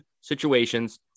situations